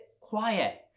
quiet